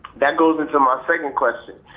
that goes into my second question,